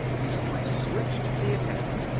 so i switched the attack.